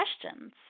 questions